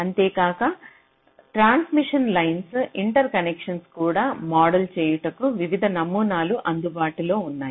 అంతేకాక ట్రాన్స్మిషన్ లైన్లు ఇంటర్ కనెక్షన్లు కూడా మోడల్ చేయుటకు వివిధ నమూనాలు అందుబాటులో ఉన్నాయి